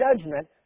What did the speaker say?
judgment